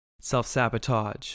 self-sabotage